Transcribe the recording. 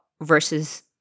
versus